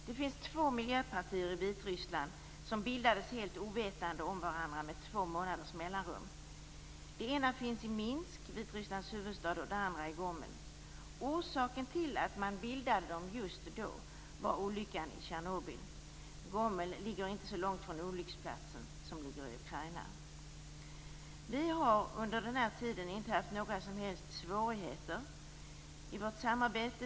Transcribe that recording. Det finns två miljöpartier i Vitryssland. När de bildades med två månaders mellanrum var man helt ovetande om varandra. Det ena finns i Minsk, Vitrysslands huvudstad, och det andra finns i Gomel. Orsaken till att man bildade dem just då var olyckan i Tjernobyl. Gomel ligger inte så långt ifrån olycksplatsen, som ligger i Ukraina. Vi har under den här tiden inte haft några som helst svårigheter i vårt samarbete.